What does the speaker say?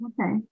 Okay